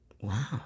Wow